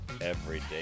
Everyday